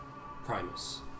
Primus